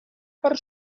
per